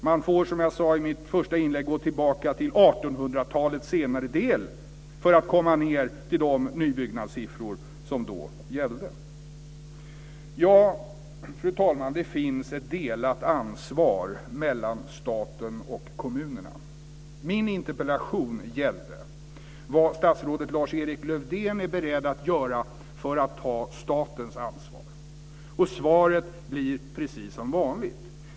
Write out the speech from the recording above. Man får, som jag sade i mitt första inlägg, gå tillbaka 1800-talets senare del och de lika dåliga nybyggnadssiffror som då gällde. Fru talman! Ja, det finns ett delat ansvar mellan staten och kommunerna. Min interpellation gällde vad statsrådet Lars-Erik Lövdén är beredd att göra för att ta statens ansvar. Och svaret blir precis som vanligt.